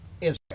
Israel